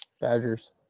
Badgers